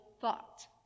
thought